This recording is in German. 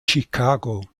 chicago